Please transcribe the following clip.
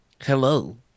Hello